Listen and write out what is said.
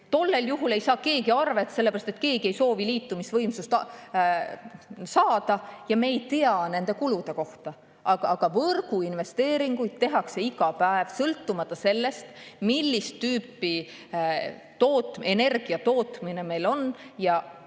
tollel juhul ei saa keegi arvet, sellepärast et keegi ei soovi liitumisvõimsust saada ja me ei tea nende kulude kohta. Aga võrguinvesteeringuid tehakse iga päev, sõltumata sellest, millist tüüpi energiatootmine meil on.